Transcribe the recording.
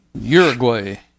Uruguay